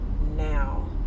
now